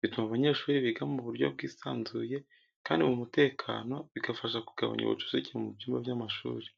Bituma abanyeshuri biga mu buryo bwisanzuye kandi mu mutekano, bigafasha kugabanya ubucucike mu byumba by’amashuri.